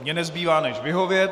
Mně nezbývá než vyhovět.